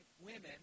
women